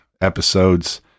episodes